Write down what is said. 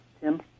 Tim